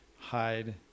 hide